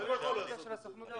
עם בדיקה מעמיקה,